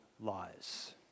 lies